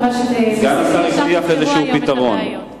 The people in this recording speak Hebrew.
ואני מקווה שזה יהיה עוד היום,